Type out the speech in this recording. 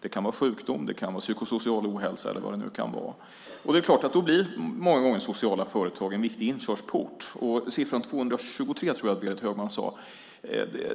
Det kan vara sjukdom, det kan vara psykosocial ohälsa. Då blir många gånger sociala företag en viktig inkörsport. Siffran 223 som jag tror att Berit Högman